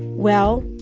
well,